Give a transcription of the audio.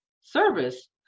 service